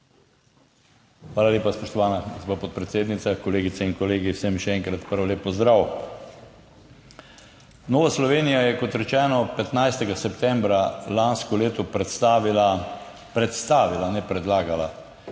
Hvala lepa, spoštovana gospa podpredsednica. Kolegice in kolegi, vsem še enkrat prav lep pozdrav! Nova Slovenija je, kot rečeno, 15. septembra lansko leto predstavila, predstavila, ne predlagala